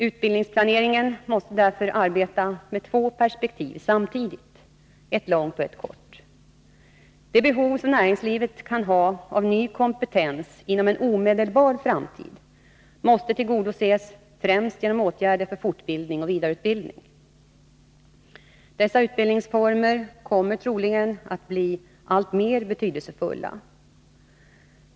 Utbildningsplaneringen måste därför arbeta med två perspektiv samtidigt, ett långt och ett kort. De behov som näringslivet kan ha av en ny kompetens inom en omedelbar framtid måste tillgodoses främst genom åtgärder för fortbildning och vidareutbildning. Dessa utbildningsformer kommer troligen att bli alltmer betydelsefulla.